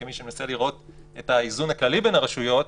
כמי שמנסה לראות את האיזון הכללי בין הרשויות,